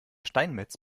steinmetz